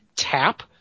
tap